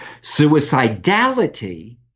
Suicidality